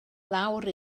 lawr